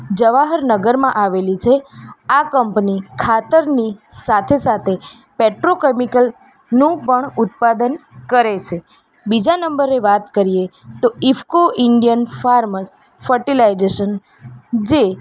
જવાહરનગરમાં આવેલી છે આ કંપની ખાતરની સાથે સાથે પૅટ્રોકૅમિકલનું પણ ઉત્પાદન કરે છે બીજા નંબરે વાત કરીએ તો ઇફકો ઇન્ડિયન ફાર્મસ ફર્ટીલાઈઝેશન જે